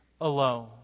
alone